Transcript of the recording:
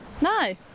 No